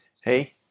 Hey